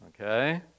okay